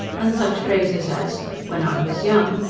and such phrases as when i was young,